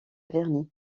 vernis